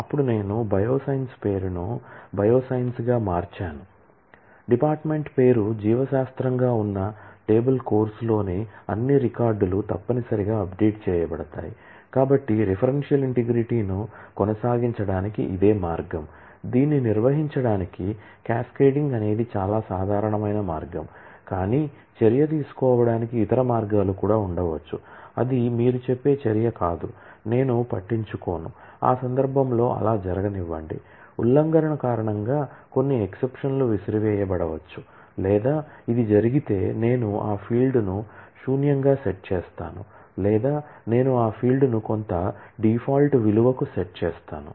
update విలువకు set చేస్తాను